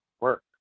work